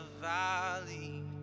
valley